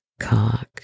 cock